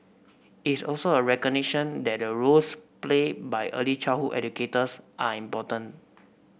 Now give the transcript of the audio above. it's is also a recognition that the roles played by early childhood educators are important